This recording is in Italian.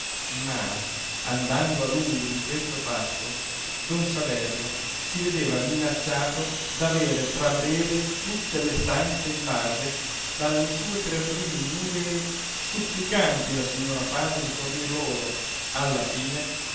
ma andando a lungo di questo passo don saverio si vedeva minacciato d'avere tra breve tutte le stanze invase dalle sue creaturine ignude e supplicanti la signora fana di fornir loro alla fine